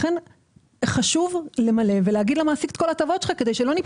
לכן חשוב למלא ולהגיד למעסיק את כל ההטבות שיש לו.